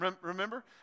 Remember